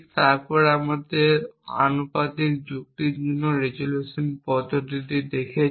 তারপর আমরা আনুপাতিক যুক্তির জন্য রেজোলিউশন পদ্ধতি দেখেছি